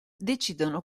decidono